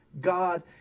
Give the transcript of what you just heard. God